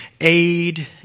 aid